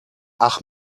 ach